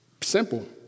Simple